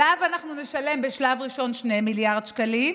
שעליו אנחנו נשלם בשלב ראשון 2 מיליארד שקלים,